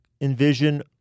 envision